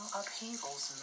upheavals